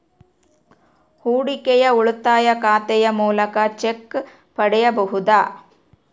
ಹೂಡಿಕೆಯ ಉಳಿತಾಯ ಖಾತೆಯ ಮೂಲಕ ಚೆಕ್ ಪಡೆಯಬಹುದಾ?